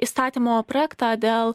įstatymo projektą dėl